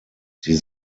sie